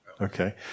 Okay